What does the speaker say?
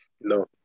No